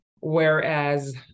whereas